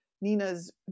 Nina's